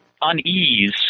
unease